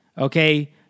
okay